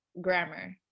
grammar